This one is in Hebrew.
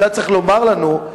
אתה צריך לומר לנו,